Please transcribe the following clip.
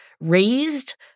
raised